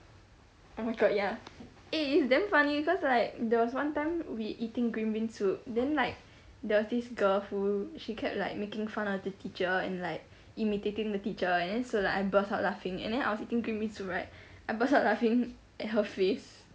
oh my god ya eh it's damn funny cause like there was one time we eating green bean soup then like there was this girl who she kept like making fun of the teacher then like imitating the teacher and so like I burst out laughing and then I was eating green bean soup right I burst out laughing at her face